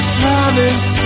promise